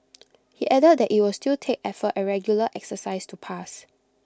he added that IT will still take effort and regular exercise to pass